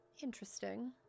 Interesting